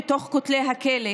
בין כותלי הכלא,